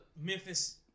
Memphis